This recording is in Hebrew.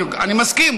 אני מסכים,